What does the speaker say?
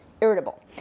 irritable